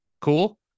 Cool